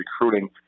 recruiting